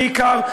בעיקר,